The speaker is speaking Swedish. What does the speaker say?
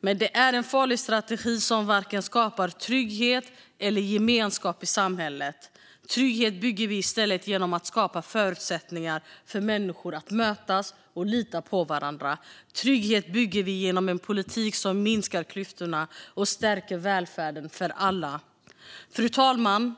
Men det är en farlig strategi som varken skapar trygghet eller gemenskap i samhället. Trygghet bygger vi i stället genom att skapa förutsättningar för människor att mötas och lita på varandra. Trygghet bygger vi genom en politik som minskar klyftorna och stärker välfärden för alla. Fru talman!